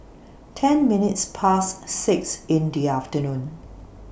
ten minutes Past six in The afternoon